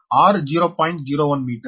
01 metre